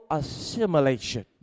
assimilation